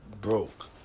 broke